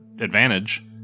advantage